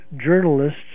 journalists